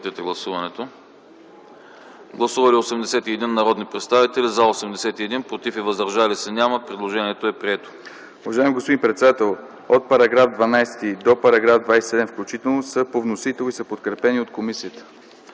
Гласували 89 народни представители: за 17, против 37, въздържали се 35. Предложението не е прието.